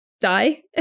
die